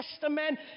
Testament